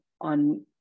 on